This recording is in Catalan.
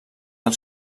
del